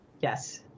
Yes